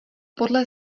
podle